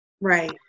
right